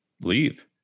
Leave